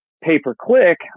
Pay-per-click